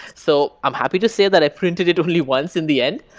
so i'm happy to say that i printed it only once in the end,